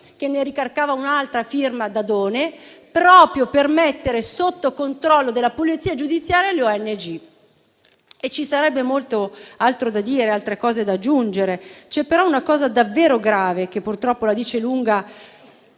che ne ricalcava un'altra a firma Dadone, proprio per mettere sotto il controllo della Polizia giudiziaria le ONG. E ci sarebbe molto altro da dire, altro da aggiungere. C'è però una cosa davvero grave che, purtroppo, la dice lunga